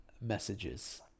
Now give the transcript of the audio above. messages